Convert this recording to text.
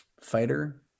fighter